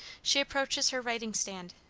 she approaches her writing-stand,